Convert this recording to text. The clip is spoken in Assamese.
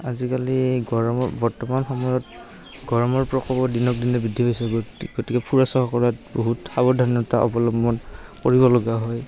আজিকালি গৰমৰ বৰ্তমান সময়ত গৰমৰ প্ৰকোপো দিনক দিনে বৃদ্ধি পাইছে গতিকে ফুৰা চকা কৰাত বহুত সাৱধানতা অৱলম্বন কৰিবলগা হয়